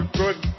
good